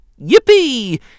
Yippee